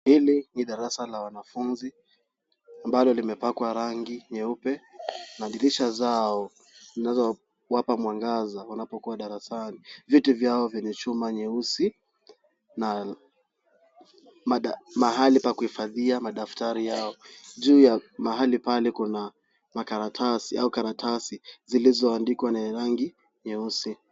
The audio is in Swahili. Hili ni darasa la wanafunzi ambalo limepakwa rangi nyeupe na dirisha zao zinazowapa mwangaza wanapokuwa darasani. Viti vyao vyenye chuma nyeusi na mahali pa kuhifadhia madaftari yao. Juu ya mahali pale kuna makaratasi au karatasi zilizoandikwa na rangi nyeusi.